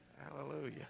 Hallelujah